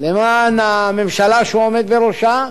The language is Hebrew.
למען הממשלה שהוא עומד בראשה,